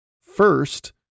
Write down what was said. First